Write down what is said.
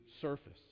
surface